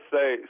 Say